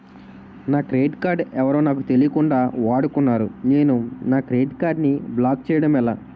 నా credit card ఎవరో నాకు తెలియకుండా వాడుకున్నారు నేను నా కార్డ్ ని బ్లాక్ చేయడం ఎలా?